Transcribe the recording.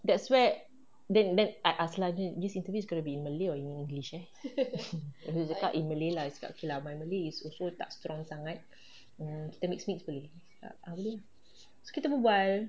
that's where then then I ask lah this interview going to be in malay or english eh abeh dia cakap in malay lah aku cakap my malay is also tak strong sangat mm kita mixed mixed boleh cakap ah boleh ah so kita berbual